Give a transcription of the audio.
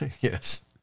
Yes